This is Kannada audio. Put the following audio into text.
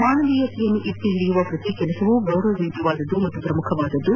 ಮಾನವೀಯತೆಯನ್ನು ಎತ್ತಿ ಹಿಡಿಯುವ ಪ್ರತಿ ಕಾರ್ಯವೂ ಗೌರವಯುತ ಮತ್ತು ಪ್ರಮುಖವಾದದ್ದು